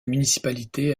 municipalité